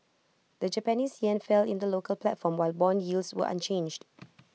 the Japanese Yen fell in the local platform while Bond yields were unchanged